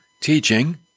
teaching